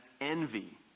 envy